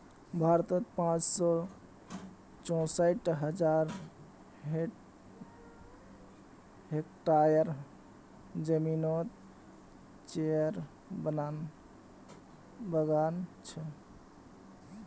भारतोत पाँच सौ चौंसठ हज़ार हेक्टयर ज़मीनोत चायेर बगान छे